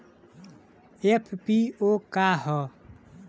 FPO का ह?